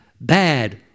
bad